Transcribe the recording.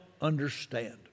understand